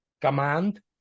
command